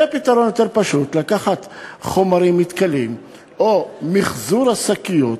היה פתרון יותר פשוט: לקחת חומרים מתכלים או מחזור השקיות,